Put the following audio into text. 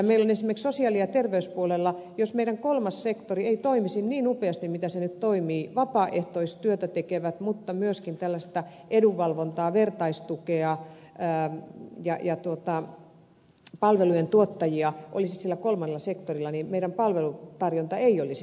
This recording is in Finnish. meillä esimerkiksi sosiaali ja terveyspuolella jos meidän kolmas sektori ei toimisi niin upeasti kuin se nyt toimii ei olisi vapaaehtoistyötä tekeviä mutta jos myöskään tällaista edunvalvontaa vertaistukea ja palvelujen tuottajia ei olisi sillä kolmannella sektorilla niin meidän palvelutarjontamme ei olisi näin hyvä